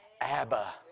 Abba